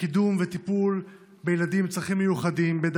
בקידום ילדים עם צרכים מיוחדים ובטיפול בהם,